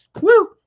Woo